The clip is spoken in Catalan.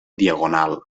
diagonal